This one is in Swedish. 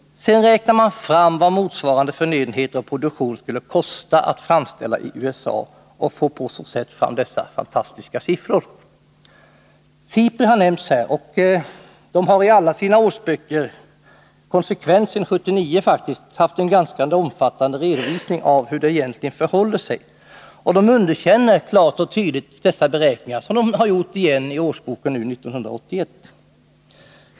Sedan räknar man fram vad motsvarande förnödenheter skulle kosta att framställa i USA och får på så sätt fram dessa fantastiska siffror. SIPRI har nämnts här och har faktiskt konsekvent sedan 1979 i alla sina årsböcker haft ganska omfattande redovisningar av hur det egentligen förhåller sig. SIPRI underkänner klart och tydligt dessa beräkningar, och det har man gjort igen i årsboken 1981.